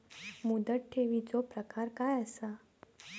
मुदत ठेवीचो प्रकार काय असा?